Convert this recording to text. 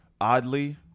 oddly